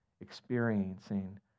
experiencing